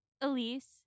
Elise